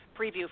preview